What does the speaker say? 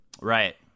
Right